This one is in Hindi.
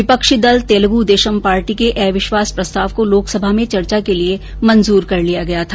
विपक्षी दल तेलग् देशम पार्टी के अविश्वास प्रस्ताव को लोकसभा में चर्चा के लिये मंजूर कर लिया गया था